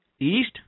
East